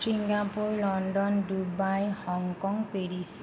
Singapore London Dubai Hong Kong Paris